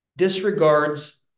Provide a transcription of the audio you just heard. disregards